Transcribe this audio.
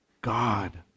God